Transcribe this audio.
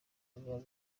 biba